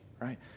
right